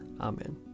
Amen